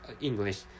English